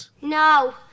no